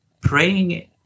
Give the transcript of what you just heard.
praying